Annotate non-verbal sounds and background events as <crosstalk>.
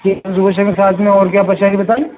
ٹھیک ہے <unintelligible> کے ساتھ میں اور کیا پریشانی بتائی